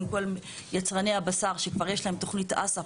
כל יצרני הבשר שכבר יש להם תוכנית הס"פ,